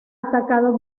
atacado